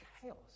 chaos